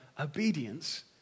obedience